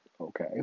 okay